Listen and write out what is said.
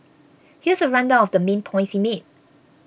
here's a rundown of the main points he made